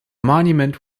monument